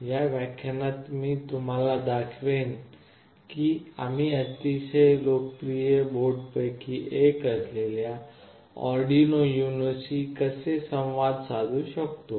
या व्याख्यानात मी तुम्हाला दाखवेन की आम्ही अतिशय लोकप्रिय बोर्डांपैकी एक असलेल्या आर्डिनो युनोशी कसे संवाद साधू शकतो